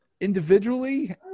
individually